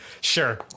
Sure